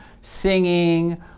singing